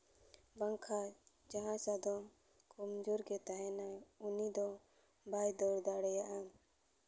ᱵᱟᱝᱠᱷᱟᱡ ᱡᱟᱦᱟᱸᱭ ᱥᱟᱫᱚᱢ ᱠᱚᱢ ᱡᱳᱨ ᱜᱮ ᱛᱟᱦᱮᱱᱟᱭ ᱩᱱᱤ ᱫᱚ ᱵᱟᱭ ᱫᱟᱹᱲ ᱫᱟᱲᱮᱭᱟᱜᱼᱟ